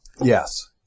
Yes